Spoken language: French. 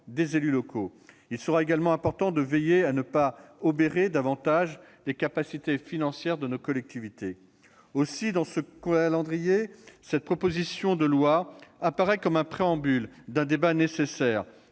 des élus locaux. Il sera également important de veiller à ne pas obérer davantage les capacités financières de nos collectivités. Aussi, dans ce calendrier, cette proposition de loi apparaît comme le préambule d'un débat nécessaire.